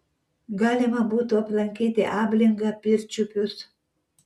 galima būtų aplankyti ablingą pirčiupius